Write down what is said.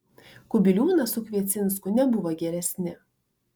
kubiliūnas su kviecinsku nebuvo geresni